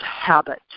habit